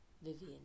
Vivian